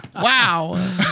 Wow